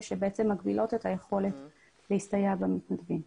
שבעצם מגבילות את היכולת להסתייע במתנדבים.